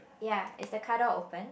ya it's the car door open